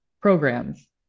programs